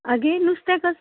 आगे नुस्तें कस्लें